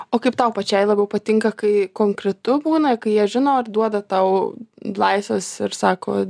o kaip tau pačiai labiau patinka kai konkretu būna kai jie žino ar duoda tau laisvės ir sako